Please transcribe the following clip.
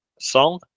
Song